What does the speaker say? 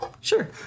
Sure